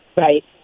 Right